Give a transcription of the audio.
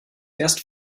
erst